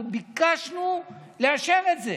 ביקשנו לאשר את זה.